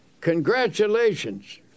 congratulations